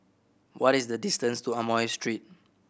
what is the distance to Amoy Street